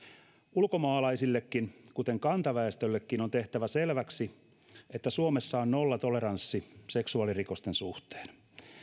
ulkomaalaisille kuten kantaväestöllekin on tehtävä selväksi että suomessa on nollatoleranssi seksuaalirikosten suhteen